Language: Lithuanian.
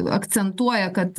akcentuoja kad